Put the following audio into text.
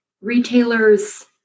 retailer's